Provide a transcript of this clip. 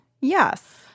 Yes